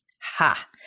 Ha